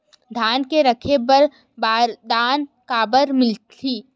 धान ल रखे बर बारदाना काबर मिलही?